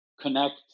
connect